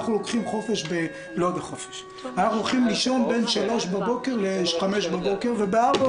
אנחנו הולכים לישון בין 03:00 ל-05:00 וב-04:00